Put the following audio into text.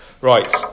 Right